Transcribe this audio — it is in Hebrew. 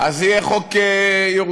אז יהיה חוק ירושלים,